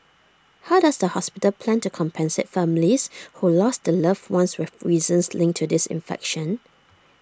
how does the hospital plan to compensate families who lost their loved ones with reasons linked to this infection